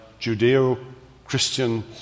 Judeo-Christian